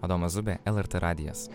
adomas zubė lrt radijas